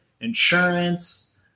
insurance